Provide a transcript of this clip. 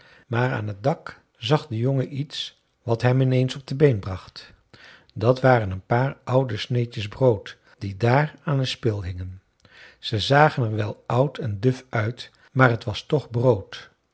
maar aan het dak zag de jongen iets wat hem in eens op de been bracht dat waren een paar oude sneedjes brood die daar aan een spil hingen ze zagen er wel oud en duf uit maar t was toch brood